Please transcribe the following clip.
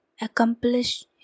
accomplish